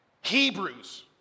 Hebrews